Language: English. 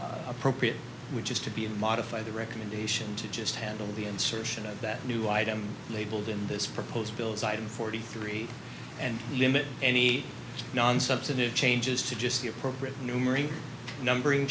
one appropriate which is to be modify the recommendation to just handle the insertion of that new item labeled in this proposed bills item forty three and limit any non substantive changes to just the appropriate numerate numbering